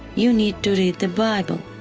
you need to read the bible.